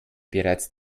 bereits